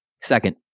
Second